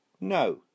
No